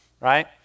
right